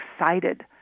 excited